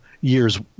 years